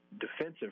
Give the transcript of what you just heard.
defensive